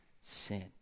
sin